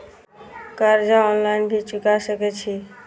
कर्जा ऑनलाइन भी चुका सके छी?